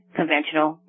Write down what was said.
conventional